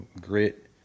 grit